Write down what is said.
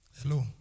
Hello